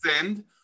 send